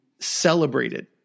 celebrated